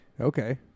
Okay